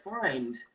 find